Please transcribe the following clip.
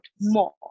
more